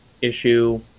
issue